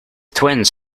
twins